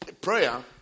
prayer